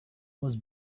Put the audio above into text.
was